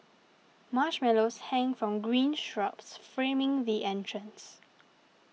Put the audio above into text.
marshmallows hang from green shrubs framing the entrance